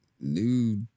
new